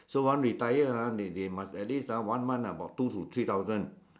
so once retire ah they they must at least ah one month about two to three thousand